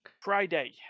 Friday